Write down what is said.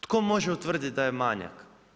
Tko može utvrditi da je manjak?